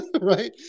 right